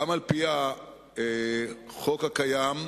גם על-פי החוק הקיים,